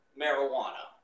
marijuana